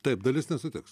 taip dalis nesutiks